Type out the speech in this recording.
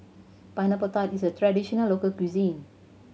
Pineapple Tart is a traditional local cuisine